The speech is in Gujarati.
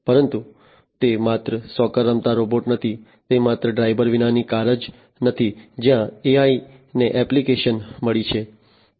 પરંતુ તે માત્ર સોકર રમતા રોબોટ નથી તે માત્ર ડ્રાઇવર વિનાની કાર જ નથી જ્યાં AI ને એપ્લિકેશન મળી છે